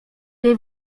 jej